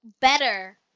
better